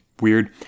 weird